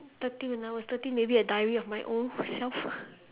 thirteen when I was thirteen maybe a diary of my old self